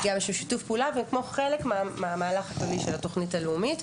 יש לנו שיתוף פעולה כחלק מהמהלך הכללי של התוכנית הלאומית.